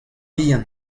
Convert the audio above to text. bihan